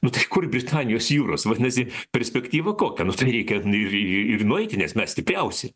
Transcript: nu tai kur britanijos jūros vadinasi perspektyva kokia nu tai reikia ir ir ir nueiti nes mes stipriausi